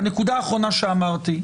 בנקודה האחרונה שאמרתי,